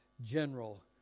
general